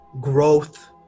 growth